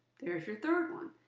there's your third one,